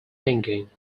thinking